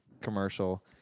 commercial